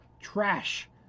trash